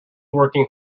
working